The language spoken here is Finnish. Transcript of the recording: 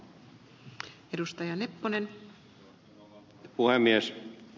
arvoisa rouva puhemies